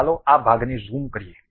ચાલો આ ભાગને ઝૂમ કરીએ